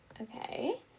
Okay